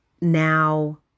now